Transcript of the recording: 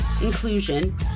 inclusion